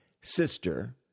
sister